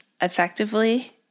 effectively